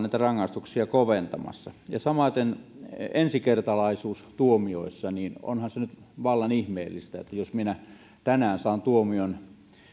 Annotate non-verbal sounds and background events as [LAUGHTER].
[UNINTELLIGIBLE] näitä rangaistuksia ollaan koventamassa ja samaten on ensikertalaisuustuomioissa onhan se nyt vallan ihmeellistä että jos minä tänään saan tuomion